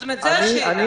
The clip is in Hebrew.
זו השאלה.